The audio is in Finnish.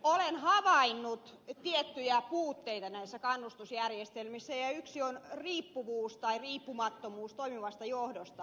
olen havainnut tiettyjä puutteita näissä kannustusjärjestelmissä ja yksi on riippuvuus tai riippumattomuus toimivasta johdosta